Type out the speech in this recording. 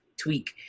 tweak